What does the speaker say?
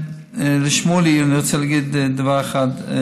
לשמולי אני רוצה להגיד דבר אחד: